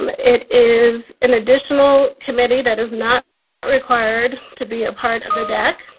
but it is an additional committee that is not required to be part of the deck.